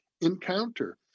encounter